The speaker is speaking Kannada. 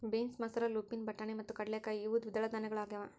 ಬೀನ್ಸ್ ಮಸೂರ ಲೂಪಿನ್ ಬಟಾಣಿ ಮತ್ತು ಕಡಲೆಕಾಯಿ ಇವು ದ್ವಿದಳ ಧಾನ್ಯಗಳಾಗ್ಯವ